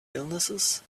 illnesses